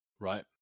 Right